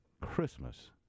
Christmas